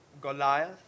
Goliath